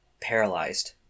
paralyzed